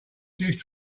straight